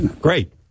Great